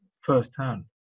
firsthand